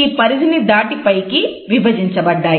ఈ పరిధిని దాటి పైకి కి విభజించబడ్డాయి